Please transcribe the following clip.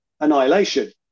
annihilation